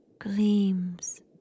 gleams